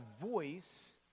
voice